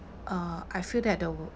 uh I feel that the